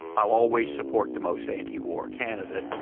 i will always support the most anti-war candidate.